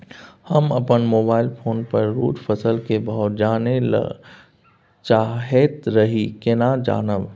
हम अपन mobile phone पर रोज फसल के भाव जानय ल चाहैत रही केना जानब?